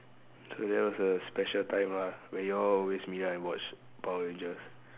so that was a special time lah when you all always meet up and watch power rangers